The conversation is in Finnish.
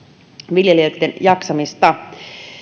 viljelijöitten jaksamista no